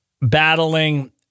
battling